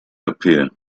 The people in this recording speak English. appear